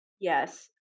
yes